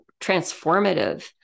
transformative